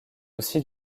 aussi